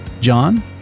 John